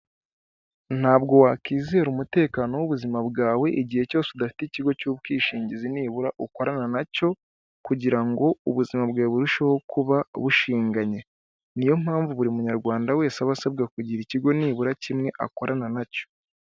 Ntabwo wakizera umutekano w'ubuzima bwawe igihe cyose udafite ikigo cy'ubwishingizi nibura ukorana na cyo kugira ngo ubuzima bwawe burusheho kuba bushinganye, niyo mpamvu buri munyarwanda wese aba asabwa kugira ikigo nibura kimwe akorana na cyo.